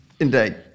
Indeed